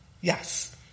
Yes